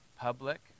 public